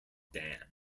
dan